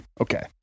Okay